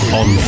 on